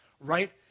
right